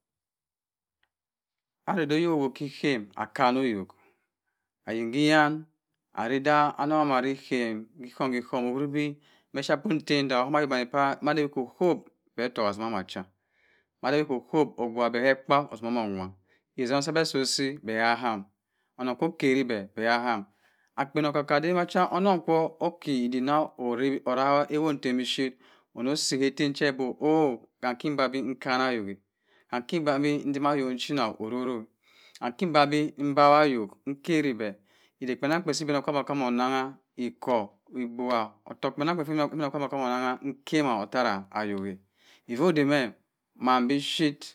Ara bi oyok oho ki ikam akan nẹ oyok ayin ki eyan ara da onnon ara ikam ki ohohm owuri bi ma ephypum mada aya kko-ko bẹ ottoku atzima acha mada awa ko-kpo abgubua bẹ kẹ ekpa osima ewa, isom sa bẹ, be ka aham, akpen oka-ka oda macha onnon okiodik na ora ma awo ttan biphyit osi, iki ba bi nnkani ayok-a, iki ba bi nkara bẹ, iba kpanannkpa si ibinokpaabyi okom onnang ohohm, abgubha ottokt kpanannkpa onnang n kama ttara ayok-a ivo da mẹ man biphyit